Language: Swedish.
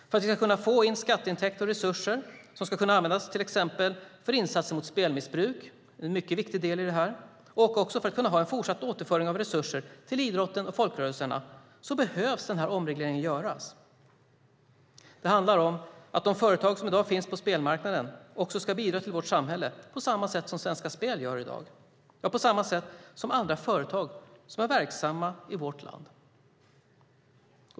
För att vi ska kunna få in skatteintäkter och resurser, som ska kunna användas till exempel för insatser mot spelmissbruk, en mycket viktig del i detta, och för att kunna ha en fortsatt återföring av resurser till idrotten och folkrörelserna, behöver denna omreglering göras. Det handlar om att de företag som i dag finns på spelmarknaden också ska bidra till vårt samhälle, på samma sätt som Svenska Spel gör i dag och på samma sätt som andra företag som är verksamma i vårt land gör.